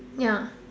ya